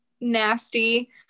nasty